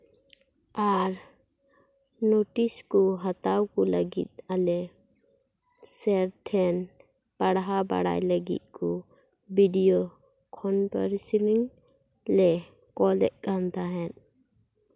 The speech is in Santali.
ᱟᱨ ᱱᱳᱴᱤᱥ ᱠᱚ ᱦᱟᱛᱟᱣ ᱠᱚ ᱞᱟᱹᱜᱤᱫ ᱟᱞᱮ ᱥᱮᱨ ᱴᱷᱮᱱ ᱯᱟᱲᱦᱟᱣ ᱵᱟᱲᱟᱭ ᱞᱟᱹᱜᱤᱫ ᱠᱚ ᱵᱷᱤᱰᱤᱭᱳ ᱠᱚᱱᱯᱷᱟᱨᱮᱥᱤᱱᱤᱝ ᱞᱮ ᱠᱚᱞᱮᱫ ᱠᱟᱱ ᱛᱟᱦᱮᱸᱫ